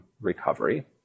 recovery